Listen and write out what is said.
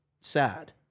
sad